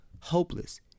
hopeless